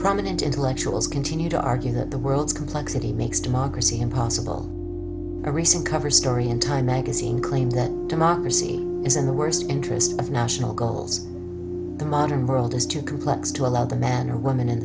prominent intellectuals continue to argue that the world's complexity makes democracy impossible a recent cover story in time magazine claimed that democracy is in the worst interest of national goals the modern world is too complex to allow the man or woman in